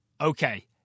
Okay